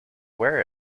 wear